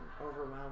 overwhelmed